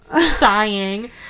sighing